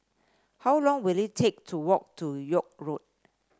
how long will it take to walk to York Road